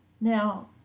Now